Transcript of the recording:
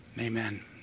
amen